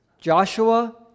Joshua